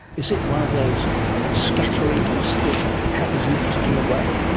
is it one of those scatterings that happens in a particular way,